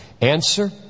Answer